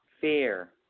fear